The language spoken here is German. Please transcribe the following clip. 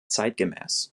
zeitgemäß